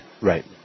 Right